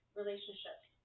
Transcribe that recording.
relationships